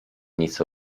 nic